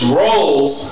roles